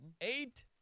Eight